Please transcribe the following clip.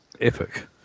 epic